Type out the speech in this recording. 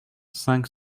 cinq